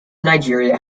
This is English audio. nigeria